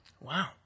Wow